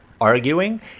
arguing